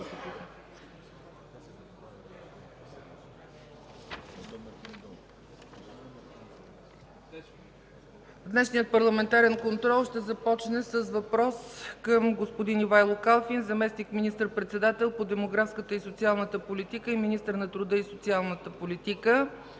Днешният парламентарен контрол ще започне с въпрос към господин Ивайло Калфин – заместник министър-председател по демографската и социалната политика и министър на труда и социалната политика.